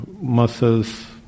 muscles